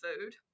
food